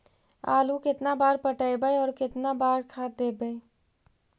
आलू केतना बार पटइबै और केतना बार खाद देबै?